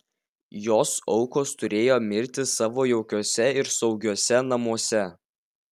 jos aukos turėjo mirti savo jaukiuose ir saugiuose namuose